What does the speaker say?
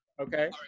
Okay